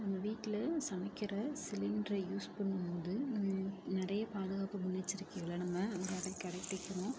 நம்ம வீட்டில சமைக்கிற சிலிண்ட்ரை யூஸ் பண்ணும் போது நம்ம நிறைய பாதுகாப்பு முன்னச்செரிக்கைகளை நம்ம அங்கே அதை கடைபிடிக்கணும்